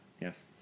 Yes